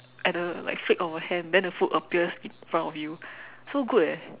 at the like flick of a hand then the food appears in front of you so good eh